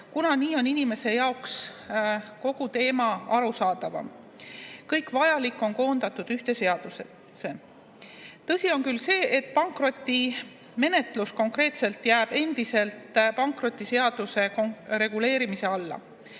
kuna nii on inimese jaoks kogu teema arusaadavam. Kõik vajalik ongi nüüd koondatud ühte seadusesse. Tõsi on küll see, et pankrotimenetlus konkreetselt jääb endiselt pankrotiseaduse reguleerimise alla,